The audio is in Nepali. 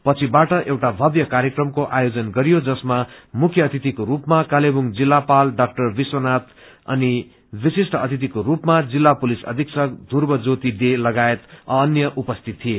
पछिबाट एउटा भव्य कार्यक्रमको आयोजन गरियो जसमा मुख्य अतिथिको रूपमा कालेवुङ जिल्लापाल डा विश्वनाय अनि विशिष्ट अतिथिको स्पमा जिल्ला पुलिस अधिक्षक पुर्व ज्योति डे लगायत अ अन्य उपस्थित थिए